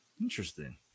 interesting